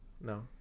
No